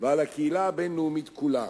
ועל הקהילייה הבין-לאומית כולה,